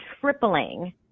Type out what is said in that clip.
tripling